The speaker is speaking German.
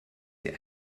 sie